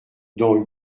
dans